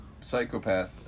psychopath